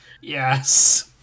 yes